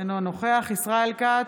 אינו נוכח ישראל כץ,